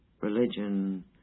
Religion